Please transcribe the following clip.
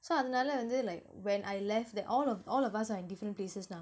so அதுனால வந்து:athunaala vanthu like when I left then all of all of us are in different places now